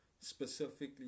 specifically